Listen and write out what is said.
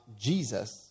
Jesus